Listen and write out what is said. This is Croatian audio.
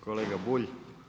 Kolega Bulj.